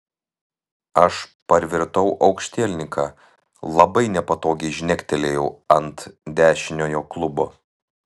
aš parvirtau aukštielninka labai nepatogiai žnektelėjau ant dešiniojo klubo